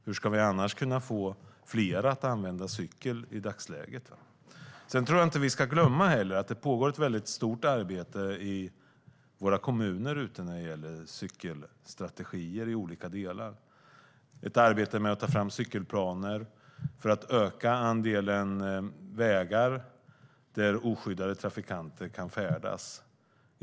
Hur ska vi annars kunna få fler att använda cykel i dagsläget? Sedan tror jag inte att vi ska glömma att det pågår ett stort arbete i våra kommuner när det gäller cykelstrategier i olika delar. Det är ett arbete med att ta fram cykelplaner för att öka andelen vägar där oskyddade trafikanter kan färdas.